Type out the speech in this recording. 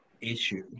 issue